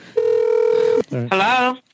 Hello